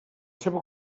seva